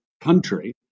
country